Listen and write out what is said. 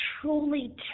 truly